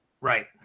Right